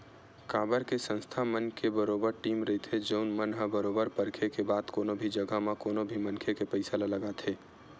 काबर के संस्था मन के बरोबर टीम रहिथे जउन मन ह बरोबर परखे के बाद कोनो भी जघा म कोनो भी मनखे के पइसा ल लगाथे